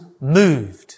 moved